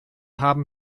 haben